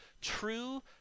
true